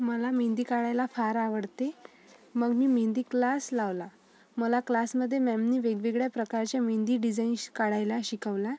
मला मेहंदी काढायला फार आवडते मग मी मेहंदी क्लास लावला मला क्लासमध्ये मॅमनी वेगवेगळ्या प्रकारच्या मेहंदी डिझाइन्स काढायला शिकवल्या